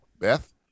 Beth